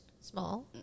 Small